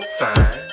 fine